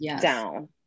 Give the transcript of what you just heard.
down